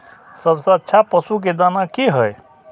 सबसे अच्छा पशु के दाना की हय?